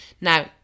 Now